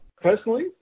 Personally